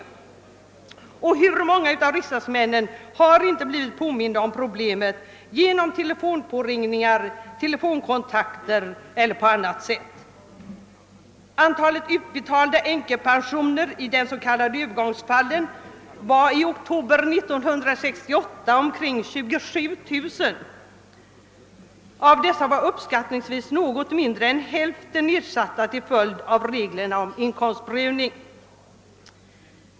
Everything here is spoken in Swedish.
Och hur många riksdagsmän har inte blivit påminda om problemet genom telefonpåringningar, telefonkontakter eller på annat sätt. Antalet utbetalda änkepensioner i de s.k. övergångsfallen var i oktober 1968 omkring 27 000. Av dessa var uppskattningsvis något mindre än hälften nedsatta till följd av reglerna om inkomstprövning.